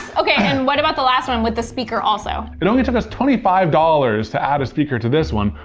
okay, and what about the last one with the speaker also? it only took us twenty five dollars to add a speaker to this one,